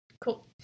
Cool